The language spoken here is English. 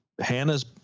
hannah's